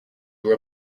grew